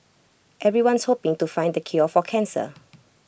everyone's hoping to find the cure for cancer